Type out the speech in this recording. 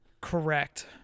Correct